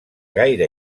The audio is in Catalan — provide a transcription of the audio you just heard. gaire